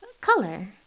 Color